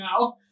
now